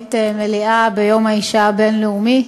תורנית מליאה ביום האישה הבין-לאומי.